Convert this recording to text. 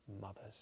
mothers